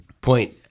point